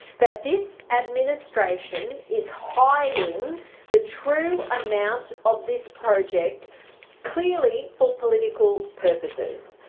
that this administration is hiding the true amount of this project clearly for political purposes.